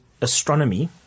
astronomy